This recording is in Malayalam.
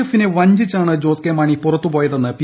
എഫിനെ വഞ്ചിച്ചാണ് ജോസ് കെ മാണി പുറത്തുപോയതെന്ന് പി